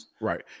right